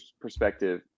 perspective